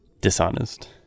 dishonest